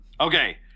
Okay